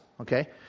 Okay